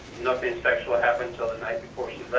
nothing sexual happened til the night before